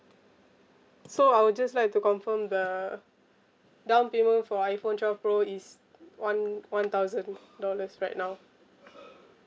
so I will just like to confirm the downpayment for iphone twelve pro is one one thousand dollars right now